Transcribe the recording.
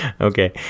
Okay